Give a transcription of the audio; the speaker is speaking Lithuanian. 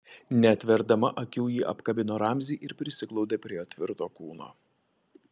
neatverdama akių ji apkabino ramzį ir prisiglaudė prie jo tvirto kūno